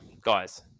guys